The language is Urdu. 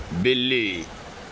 بلی